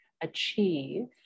achieve